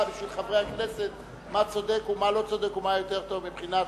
בשביל חברי הכנסת מה צודק ומה לא צודק ומה יותר טוב מבחינת,